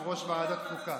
יושב-ראש ועדת החוקה.